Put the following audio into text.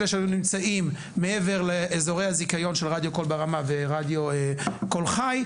אלו שנמצאים מעבר לאזורי הזיכיון של רדיו קול ברמה ורדיו קול חי,